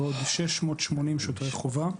ועוד 680 שוטרי חובה.